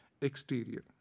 exterior